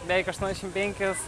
beveik aštuoniasdešim penkis